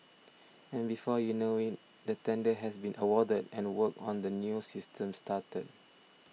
and before you know it the tender has been awarded and work on the new system started